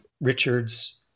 Richard's